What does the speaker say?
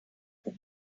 have